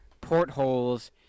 portholes